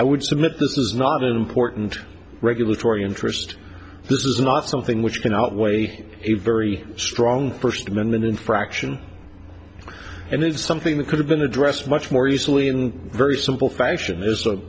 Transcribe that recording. i would submit this is not an important regulatory interest this is not something which can outweigh a very strong first amendment infraction and it's something that could have been addressed much more easily in very simple fashion